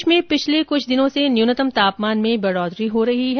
प्रदेश में पिछले कुछ दिनों से न्यूनतम तापमान में बढ़ोतरी हो रही है